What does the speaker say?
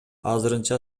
азырынча